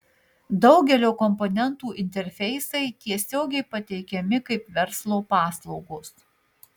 daugelio komponentų interfeisai tiesiogiai pateikiami kaip verslo paslaugos